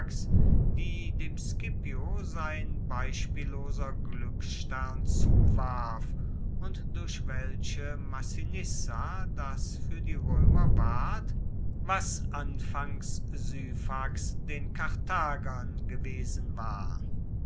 die dem scipio sein beispielloser gluecksstern zuwarf und durch welche massinissa das fuer die roemer ward was anfangs syphax den karthagern gewesen war